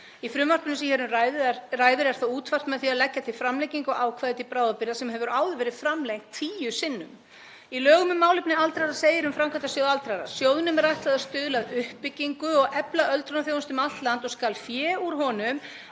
Í frumvarpinu sem hér um ræðir er það útfært með því að leggja til framlengingu á ákvæði til bráðabirgða sem hefur áður verið framlengt tíu sinnum. Í lögum um málefni aldraðra segir um Framkvæmdasjóð aldraðra: „Sjóðnum er ætlað að stuðla að uppbyggingu og efla öldrunarþjónustu um allt land og skal fé úr honum